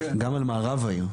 גם על מערב העיר.